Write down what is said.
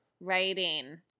writing